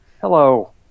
Hello